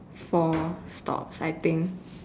four stops I think